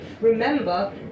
remember